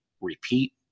repeat